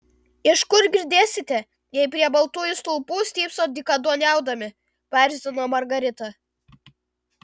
iš kur girdėsite jei prie baltųjų stulpų stypsot dykaduoniaudami paerzino margarita